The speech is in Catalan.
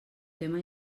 tema